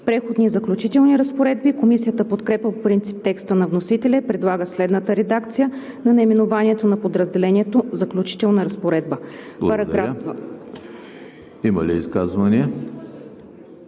„Преходни и заключителни разпоредби“. Комисията подкрепя по принцип текста на вносителя и предлага следната редакция на наименованието на подразделението: „Заключителна разпоредба“. ПРЕДСЕДАТЕЛ